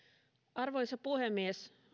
arvoisa puhemies